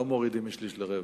לא מורידים משליש לרבע,